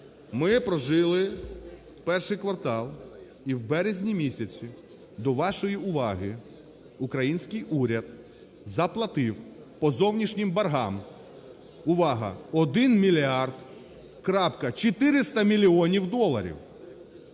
ми прожили перший квартал, і в березні місяці, до вашої уваги, український уряд заплатив по зовнішнім боргам – увага! - 1 мільярд (крапка) 400 мільйонів доларів.